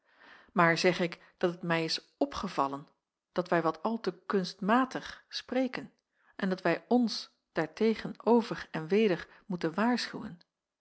maar zeg ik dat het mij is opgevallen dat wij wat al te kunstmatig spreken en dat wij ons daartegen over en weder moeten waarschuwen